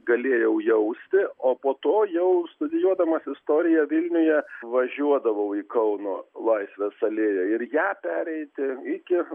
galėjau jausti o po to jau studijuodamas istoriją vilniuje važiuodavau į kauno laisvės alėją ir ją pereiti iki